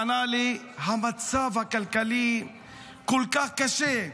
ענה לי: המצב הכלכלי כל כך קשה.